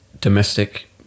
domestic